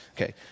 Okay